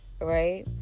right